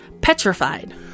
petrified